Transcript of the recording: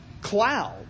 cloud